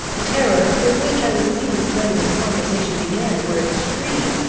the terrors with which i was seized when this conversation began, were extreme.